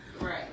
Right